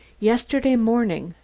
yesterday morning,